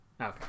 Okay